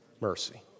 mercy